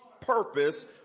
purpose